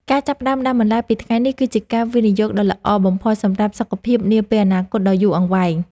ការចាប់ផ្តើមដាំបន្លែពីថ្ងៃនេះគឺជាការវិនិយោគដ៏ល្អបំផុតសម្រាប់សុខភាពនាពេលអនាគតដ៏យូរអង្វែង។